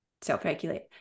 self-regulate